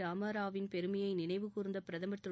ராமாராவின் பெருமையை நினைவுகூர்ந்த பிர்தம் திரு